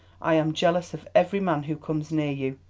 i am jealous of every man who comes near you.